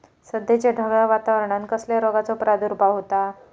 सध्याच्या ढगाळ वातावरणान कसल्या रोगाचो प्रादुर्भाव होता?